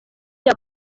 cya